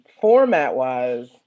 format-wise